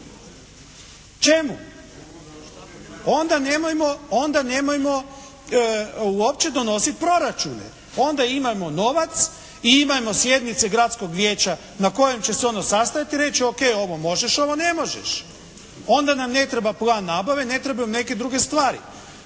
Čemu? Onda nemojmo uopće donositi proračune. Onda imajmo novac i imajmo sjednice gradskog vijeća na kojem će se ono sastajati i reći ok, ovo možeš, ovo ne možeš. Onda nam ne treba plan nabave, ne trebaju nam neke druge stvari.